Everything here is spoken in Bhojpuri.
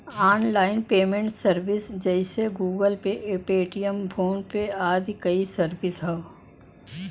आनलाइन पेमेंट सर्विस जइसे Google Pay, Paytm, PhonePe आदि कई सर्विस हौ